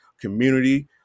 Community